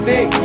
Big